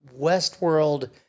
Westworld